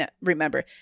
remember